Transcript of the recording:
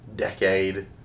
decade